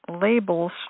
labels